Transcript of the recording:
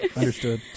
understood